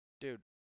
Dude